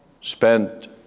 spent